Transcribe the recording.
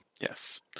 Yes